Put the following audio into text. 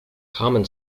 common